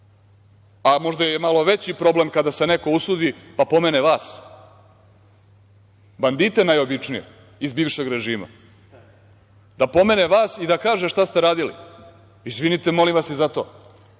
Možda je malo veći problem kada se neko usudi pa pomene vas bandite najobičnije iz bivšeg režima, da pomene vas i da kaže šta ste radili. Izvinite, molim vas i za